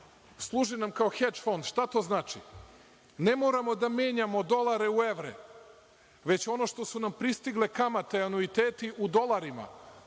služi nam kao „heč fond“. Šta to znači? Ne moramo da menjamo dolare u evre, već ono što su nam pristigle kamate, anuiteti u dolarima.